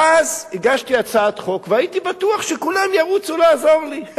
ואז הגשתי הצעת חוק והייתי בטוח שכולם ירוצו לעזור לי.